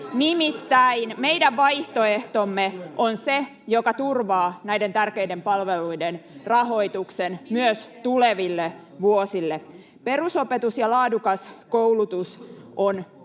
nimittäin meidän vaihtoehtomme on se, joka turvaa näiden tärkeiden palveluiden rahoituksen myös tuleville vuosille. [Maria Guzenina: